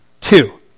two